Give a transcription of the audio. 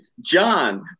John